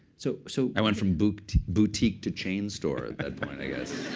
so so i went from boutique to boutique to chain store at that point, i guess.